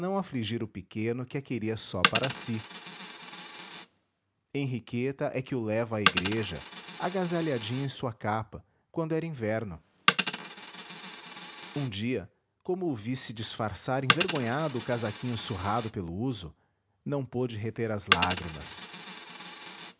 afligir o pequeno que a queria só para si henriqueta é que o leva à igreja agasalhadinho em sua capa quando era inverno um dia como o visse www nead unama br disfarçar envergonhado o casaquinho surrado pelo uso não pôde reter as lágrimas